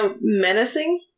menacing